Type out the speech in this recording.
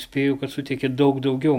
spėju kad suteikė daug daugiau